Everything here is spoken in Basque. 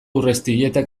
urreiztietak